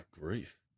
grief